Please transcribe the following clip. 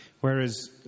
Whereas